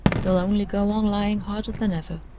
they'll only go on lying harder than ever.